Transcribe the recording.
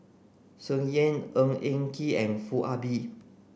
Tsung Yeh Ng Eng Kee and Foo Ah Bee